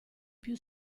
più